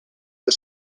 the